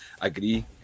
agree